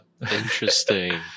Interesting